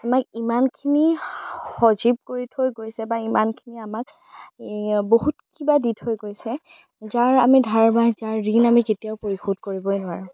আমাক ইমানখিনি সজীৱ কৰি থৈ গৈছে বা ইমানখিনি আমাক বহুত কিবা দি থৈ গৈছে যাৰ আমি ধাৰ বা যাৰ ঋণ আমি কেতিয়াও পৰিশোধ কৰিবই নোৱাৰোঁ